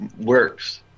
works